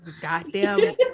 Goddamn